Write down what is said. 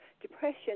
depression